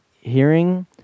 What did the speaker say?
hearing